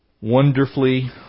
Wonderfully